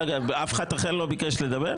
רגע, אף אחד אחר לא ביקש לדבר?